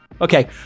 Okay